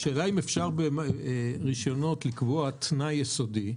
השאלה אם אפשר ברישיונות לקבוע תנאי יסודי,